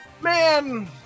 Man